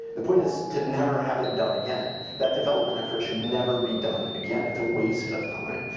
the point is to never have it done again. that development effort should never be done again. it's a waste of time.